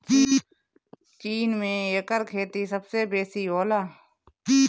चीन में एकर खेती सबसे बेसी होला